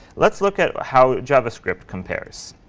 let's look at how javascript compares.